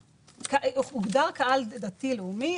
הוגדר קהל דתי לאומי,